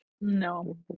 No